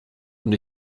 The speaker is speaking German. und